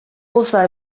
poza